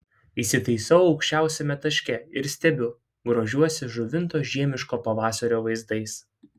įsitaisau aukščiausiame taške ir stebiu grožiuosi žuvinto žiemiško pavasario vaizdais